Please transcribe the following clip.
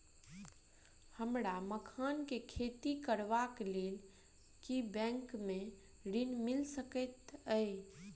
हमरा मखान केँ खेती करबाक केँ लेल की बैंक मै ऋण मिल सकैत अई?